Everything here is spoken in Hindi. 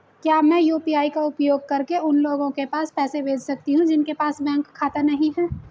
क्या मैं यू.पी.आई का उपयोग करके उन लोगों के पास पैसे भेज सकती हूँ जिनके पास बैंक खाता नहीं है?